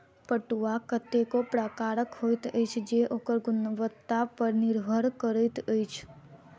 पटुआ कतेको प्रकारक होइत अछि जे ओकर गुणवत्ता पर निर्भर करैत अछि